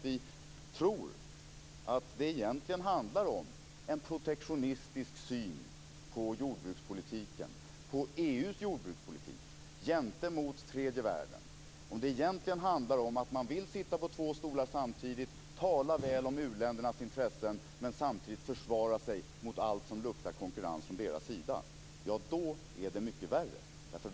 Vi tror att det egentligen handlar om en protektionistisk syn på EU:s jordbrukspolitik gentemot tredje världen. Det kanske egentligen handlar om att man vill sitta på två stolar samtidigt. Man talar väl om u-ländernas intressen men försvarar sig samtidigt mot allt som luktar konkurrens från deras sida. Om det är så är det mycket värre.